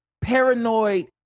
paranoid